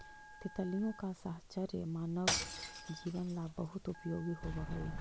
तितलियों का साहचर्य मानव जीवन ला बहुत उपयोगी होवअ हई